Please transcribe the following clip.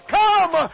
come